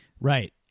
Right